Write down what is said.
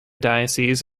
diocese